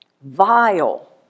vile